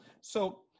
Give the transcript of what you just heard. So-